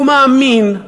הוא מאמין,